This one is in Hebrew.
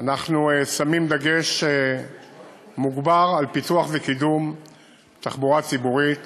אנחנו שמים דגש מוגבר על פיתוח וקידום תחבורה ציבורית